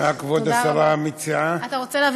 תודה רבה.